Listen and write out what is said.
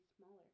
smaller